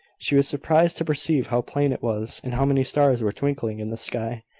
she was surprised to perceive how plain it was, and how many stars were twinkling in the sky.